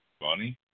Bonnie